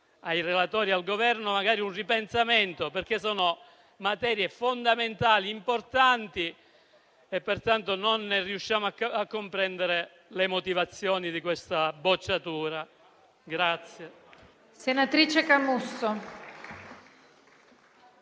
al relatore e al Governo un ripensamento, perché sono materie fondamentali ed importanti. Pertanto non riusciamo a comprendere le motivazioni di questa bocciatura.